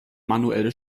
manuelle